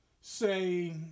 say